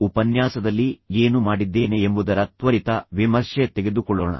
ಹಿಂದಿನ ಉಪನ್ಯಾಸದಲ್ಲಿ ಏನು ಮಾಡಿದ್ದೇನೆ ಎಂಬುದರ ತ್ವರಿತ ವಿಮರ್ಶೆ ತೆಗೆದುಕೊಳ್ಳೋಣ